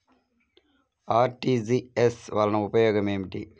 RTGS వలన ఉపయోగం ఏమిటీ?